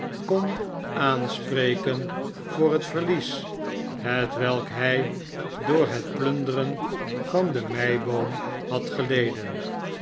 kon aanspreken voor het verlies hetwelk hij door het plunderen van de meiboom had geleden